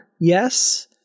Yes